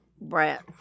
brat